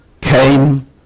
came